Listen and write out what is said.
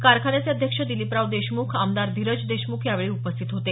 कारखान्याचे अध्यक्ष दिलीपराव देशमुख आमदार धीरज देशमुख यावेळी उपस्थित होते